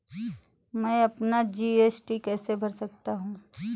मैं अपना जी.एस.टी कैसे भर सकता हूँ?